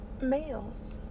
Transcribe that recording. males